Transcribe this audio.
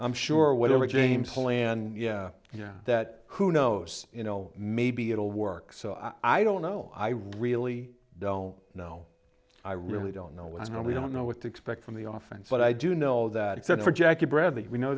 i'm sure whatever james and yeah yeah that who knows you know maybe it'll work so i don't know i really don't know i really don't know what's going on we don't know what to expect from the often but i do know that except for jackie brevity we know